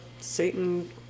Satan